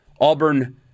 Auburn